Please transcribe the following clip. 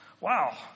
wow